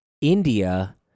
india